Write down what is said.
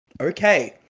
okay